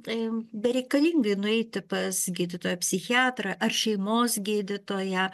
tai bereikalingai nueiti pas gydytoją psichiatrą ar šeimos gydytoją